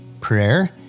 prayer